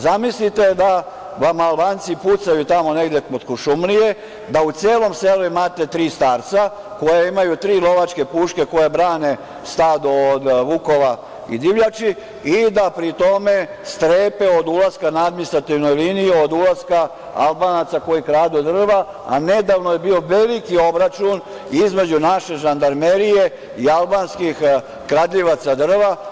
Zamislite da vam Albanci pucaju tamo negde kod Kuršumlije, da u celom selu imate tri starca koja imaju tri lovačke puške koje brane stado od vukova i divljači i da pri tome strepe od ulaska na administrativnoj liniji od ulaska Albanaca koji kradu drva, a nedavno je bio veliki obračun između naše žandarmerije i albanskih kradljivaca drva.